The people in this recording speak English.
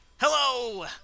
Hello